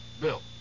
Bill